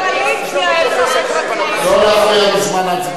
ההצעה להסיר מסדר-היום את הצעת חוק הבלו על הדלק (תיקון,